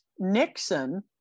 Nixon